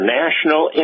national